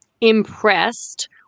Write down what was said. impressed